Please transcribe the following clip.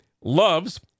Loves